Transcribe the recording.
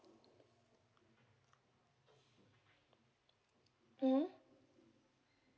hmm